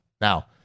Now